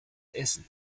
essen